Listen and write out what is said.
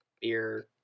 beer